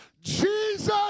Jesus